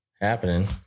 Happening